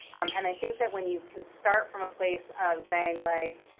and i think that when you can start from a place of saying, like,